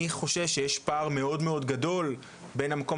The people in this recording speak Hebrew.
אני חושש שיש פער מאוד מאוד גדול בין המקום